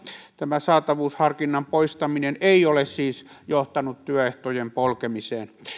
tämä saatavuusharkinnan poistaminen ei ole siis johtanut työehtojen polkemiseen